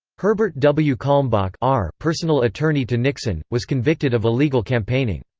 herbert w. kalmbach ah personal attorney to nixon, was convicted of illegal campaigning.